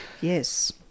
Yes